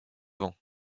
vents